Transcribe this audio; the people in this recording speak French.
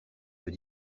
veut